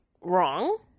wrong